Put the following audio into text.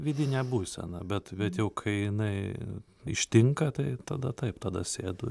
vidinė būsena bet bet jau kai jinai ištinka tai tada taip tada sėdu